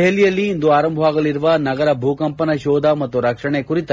ದೆಹಲಿಯಲ್ಲಿ ಇಂದು ಆರಂಭವಾಗಲಿರುವ ನಗರ ಭೂಕಂಪನ ಶೋಧ ಮತ್ತು ರಕ್ಷಣೆ ಕುರಿತ